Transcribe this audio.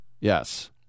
yes